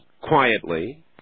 quietly